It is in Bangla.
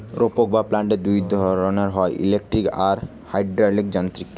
রোপক বা প্ল্যান্টার দুই রকমের হয়, ইলেকট্রিক আর হাইড্রলিক যান্ত্রিক